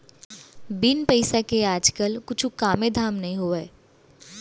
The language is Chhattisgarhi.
बिन पइसा के आज काल कुछु कामे धाम नइ होवय